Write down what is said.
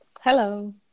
Hello